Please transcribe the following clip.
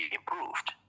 improved